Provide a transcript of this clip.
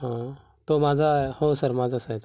हं तो माझा हो सर माझाच आहे तो